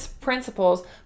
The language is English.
principles